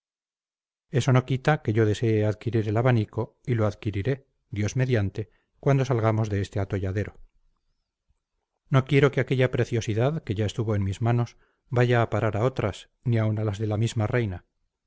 eso no quita que yo desee adquirir el abanico y lo adquiriré dios mediante cuando salgamos de este atolladero no quiero que aquella preciosidad que ya estuvo en mis manos vaya a parar a otras ni aun a las de la misma reina